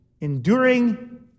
enduring